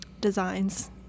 designs